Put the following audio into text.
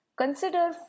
consider